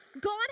God